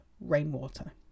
rainwater